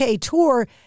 tour